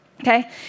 Okay